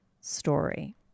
story